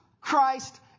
Christ